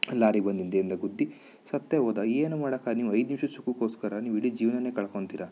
lorry ಬಂದು ಹಿಂದೆನಿಂದ ಗುದ್ದಿ ಸತ್ತೇ ಹೋದ ಏನು ಮಾಡೋಕ್ಕೆ ನೀವು ಐದು ನಿಮ್ಷದ ಸುಖಕ್ಕೋಸ್ಕರ ನೀವು ಇಡೀ ಜೀವನವೇ ಕಳ್ಕೊಳ್ತೀರಿ